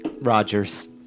Rogers